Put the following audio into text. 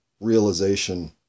realization